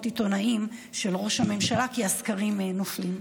עיתונאים של ראש הממשלה כי הסקרים נופלים.